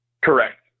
Correct